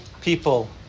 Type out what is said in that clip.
people